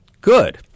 good